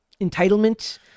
entitlement